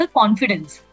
confidence